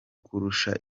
kurusha